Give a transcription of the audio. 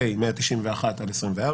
פ/191/24,